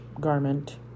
garment